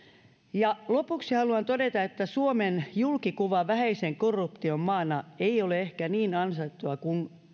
lopuksi haluan todeta että suomen julkikuva vähäisen korruption maana ei ole ehkä niin ansaittu kuin